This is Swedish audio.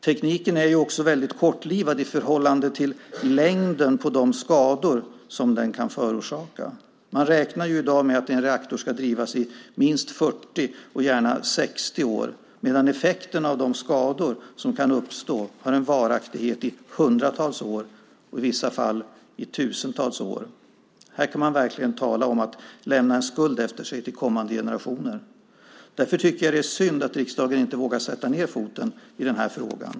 Tekniken är ju också väldigt kortlivad i förhållande till varaktigheten på de skador som den kan förorsaka. Man räknar i dag med att en reaktor ska drivas i minst 40 och gärna i 60 år, medan effekterna av de skador som kan uppstå har en varaktighet på hundratals, i vissa fall tusentals år. Här kan man verkligen tala om att lämna en skuld efter sig till kommande generationer! Därför tycker jag att det är synd att riksdagen inte vågar sätta ned foten i den här frågan.